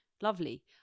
lovely